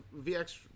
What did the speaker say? VX